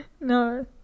No